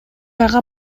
айга